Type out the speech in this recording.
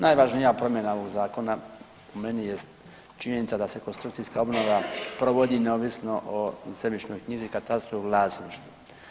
Najvažnija promjena ovog Zakona po meni jest činjenica da se konstrukcijska obnova provodi neovisno o zemljišnoj knjizi, katastru i vlasništvu.